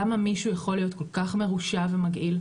למה מישהו יכול להיות כל כך מרושע ומגעיל,